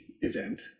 event